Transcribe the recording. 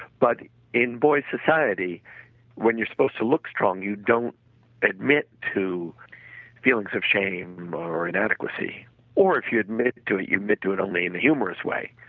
but in boy's society when you're supposed to look strong you don't admit to feelings of shame or inadequacy or if you admit to, you admit to only in a humorous way.